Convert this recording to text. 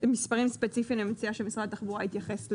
מספרים ספציפיים, אני מציעה שמשרד התחבורה יתייחס.